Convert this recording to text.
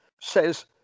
says